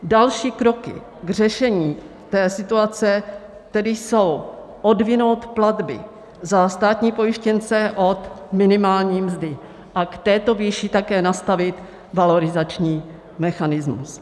Další kroky k řešení té situace tedy jsou odvinout platby za státní pojištěnce od minimální mzdy a k této výši také nastavit valorizační mechanismus.